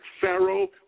pharaoh